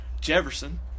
Jefferson